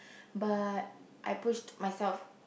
but I pushed myself